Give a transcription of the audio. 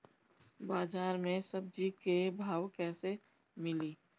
बाजार मे सब्जी क भाव कैसे मिली?